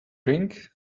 ring